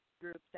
groups